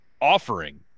offering